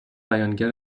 بیانگر